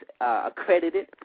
accredited